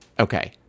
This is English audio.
Okay